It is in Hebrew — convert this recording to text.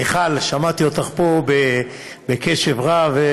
מיכל, שמעתי אותך פה בקשב רב,